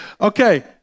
Okay